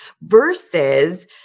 versus